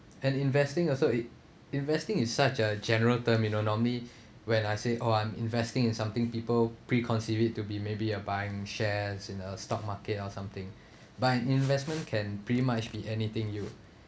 and investing also it investing is such a general term you know normally when I say oh I'm investing in something people pre-consider it to be maybe uh buying shares in a stock market or something but investment can pretty much be anything you